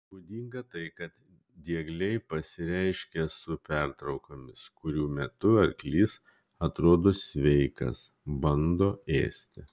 būdinga tai kad diegliai pasireiškia su pertraukomis kurių metu arklys atrodo sveikas bando ėsti